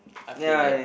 I've played that